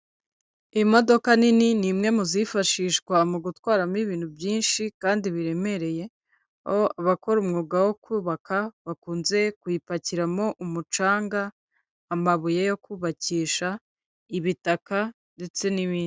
Imodoka nini, ni imwe mu zifashishwa, mu gutwaramo ibintu byinshi, kandi biremereye, abakora umwuga wo kubaka, bakunze kuyipakiramo umucanga, amabuye yo kubakisha, ibitaka, ndetse n'ibindi.